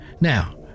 Now